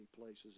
places